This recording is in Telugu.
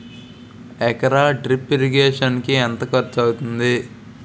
ఎకర డ్రిప్ ఇరిగేషన్ కి ఎంత ఖర్చు అవుతుంది?